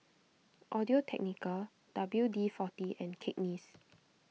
Audio Technica W D forty and Cakenis